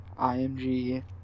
IMG